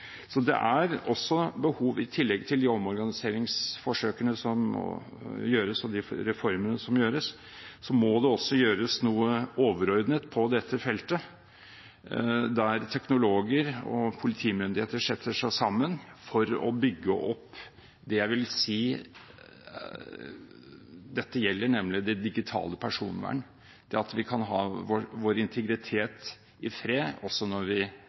i tillegg til omorganiseringsforsøkene og reformene som gjennomføres, må det også gjøres noe overordnet på dette feltet, der teknologer og politimyndigheter setter seg sammen for å bygge opp det jeg vil si dette gjelder, nemlig det digitale personvern – det at vi kan ha vår integritet i fred også når vi